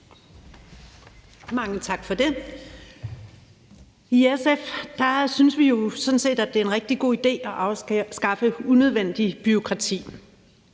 Mange tak for det. I SF synes vi jo sådan set, det er en rigtig god idé at afskaffe unødvendigt bureaukrati.